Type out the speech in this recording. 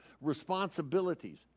responsibilities